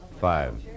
Five